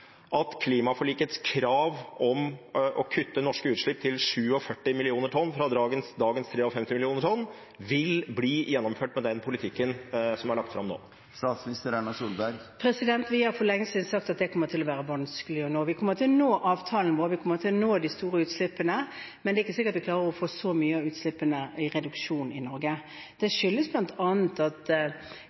at klimaforlikets krav om å kutte norske utslipp til 47 millioner tonn, fra dagens 53 millioner tonn, vil bli gjennomført med den politikken som er lagt fram nå? Vi har for lenge siden sagt at det kommer til å være vanskelig å oppnå. Vi kommer til å oppfylle avtalen vår, vi kommer til å redusere de store utslippene. Men det er ikke sikkert vi klarer å få så mye av utslippsreduksjonen i Norge. Det skyldes bl.a. kvotesystemet, som var en viktig del av klimaforliket, at